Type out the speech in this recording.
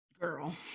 Girl